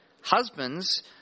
husbands